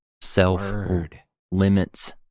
self-limits